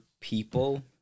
people